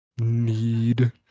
need